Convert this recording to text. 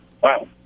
Wow